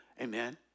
Amen